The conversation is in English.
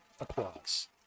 Applause